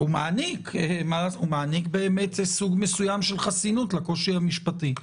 הוא מעניק באמת סוג מסוים של חסינות לקושי המשפטי.